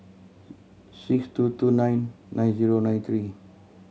six two two nine nine zero nine three